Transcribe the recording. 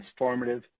transformative